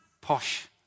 posh